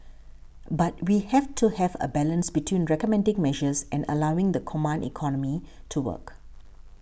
but we have to have a balance between recommending measures and allowing the command economy to work